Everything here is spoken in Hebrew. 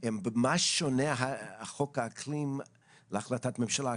במה שונה חוק האקלים מהחלטת הממשלה,